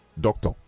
Doctor